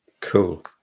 cool